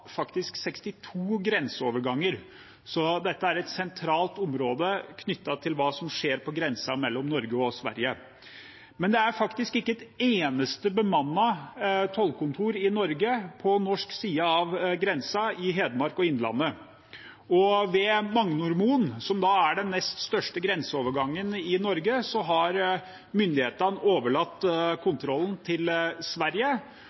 62 grenseoverganger, så dette er et sentralt område knyttet til hva som skjer på grensa mellom Norge og Sverige. Men det er faktisk ikke et eneste bemannet tollkontor i Norge, på norsk side av grensa i Hedmark og Innlandet. Ved Magnormoen, som er den nest største grenseovergangen i Norge, har myndighetene overlatt kontrollen til Sverige,